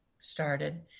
started